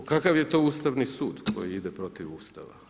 Kakav je to Ustavni sud koji ide protiv Ustava?